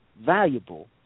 valuable